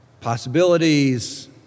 possibilities